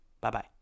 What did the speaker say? Bye-bye